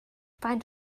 faint